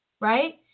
Right